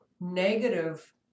negative